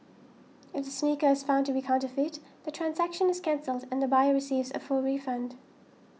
if the sneaker is found to be counterfeit the transaction is cancelled and the buyer receives a full refund